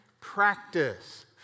practice